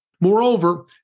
Moreover